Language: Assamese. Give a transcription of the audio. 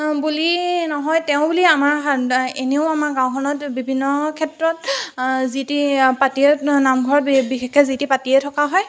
বুলি নহয় তেওঁ বুলি এনেও আমাৰ গাঁওখনত বিভিন্ন ক্ষেত্ৰত যিটি পাতিয়ে নামঘৰত বিশেষকৈ যিটি পাতিয়ে থকা হয়